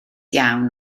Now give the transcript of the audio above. iawn